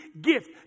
gift